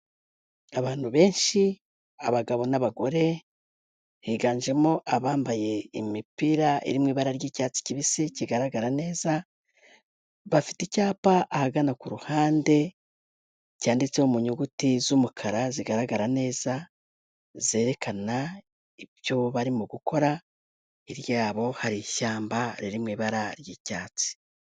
Abantu benshi abagabo n'abagore higanjemo abambaye imipira iri mu ibara ry'icyatsi kibisi, kigaragara neza, bafite icyapa ahagana kuruhande cyanditseho mu nyuguti z'umukara zigaragara neza, zerekana ibyo barimo gukora hirya yabo hari ishyamba riri mu ibara ry'icyatsi.